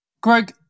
Greg